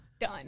done